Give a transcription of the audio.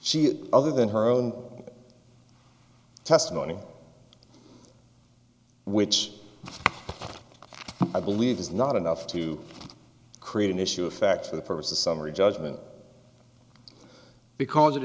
had other than her own testimony which i believe is not enough to create an issue of fact the first the summary judgment because it